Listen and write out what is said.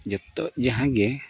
ᱡᱚᱛᱚ ᱡᱟᱦᱟᱸ ᱜᱮ